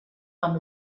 amb